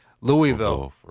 Louisville